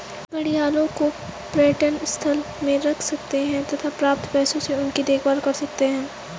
घड़ियालों को पर्यटन स्थल में रख सकते हैं तथा प्राप्त पैसों से उनकी देखभाल कर सकते है